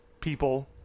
people